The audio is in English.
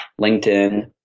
LinkedIn